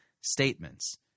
statements